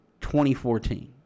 2014